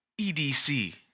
EDC